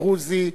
דרוזי,